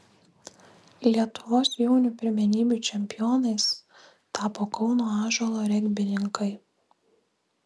lietuvos jaunių pirmenybių čempionais tapo kauno ąžuolo regbininkai